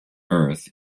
earth